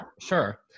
Sure